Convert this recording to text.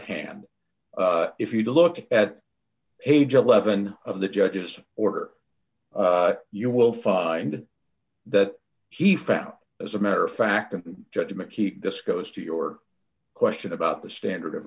hand if you look at page eleven of the judge's order you will find that he found as a matter of fact a judgment keep this goes to your question about the standard of